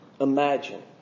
Imagine